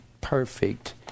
perfect